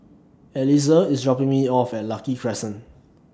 Eliezer IS dropping Me off At Lucky Crescent